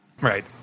Right